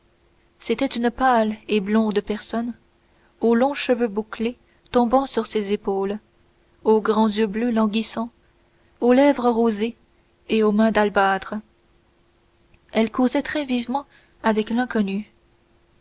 c'était une pâle et blonde personne aux longs cheveux bouclés tombant sur ses épaules aux grands yeux bleus languissants aux lèvres rosées et aux mains d'albâtre elle causait très vivement avec l'inconnu